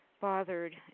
bothered